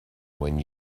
when